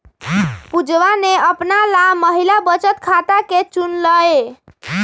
पुजवा ने अपना ला महिला बचत खाता के चुन लय